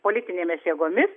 politinėmis jėgomis